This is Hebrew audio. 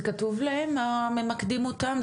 זה כתוב להם במה ממקדים אותם?